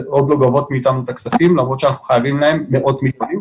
הן גובות מאתנו את הכספים למרות שאנחנו חייבים להן מאות מיליוני שקלים